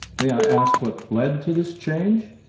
may i ask what led to this change?